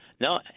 No